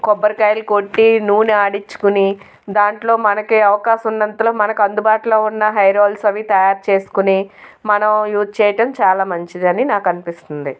కొబ్బరికాయలు కొట్టి నూనె ఆడించుకుని దాంట్లో మనకే అవకాశం ఉన్నంతలో మనకు అందుబాటులో ఉన్న హెయిర్ ఆయిల్స్ అవి తయారు చేసుకుని మనం యూజ్ చేయడం చాలా మంచిది అని నాకు అనిపిస్తుంది